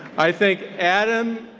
i think adam,